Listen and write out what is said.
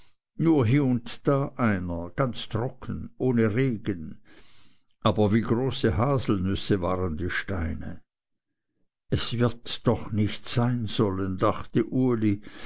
da einer ganz trocken ohne regen aber wie große haselnüsse waren die steine es wird doch nicht sein sollen dachte uli